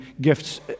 gifts